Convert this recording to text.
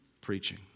preaching